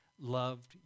loved